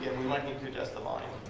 and we might need to adjust the volume.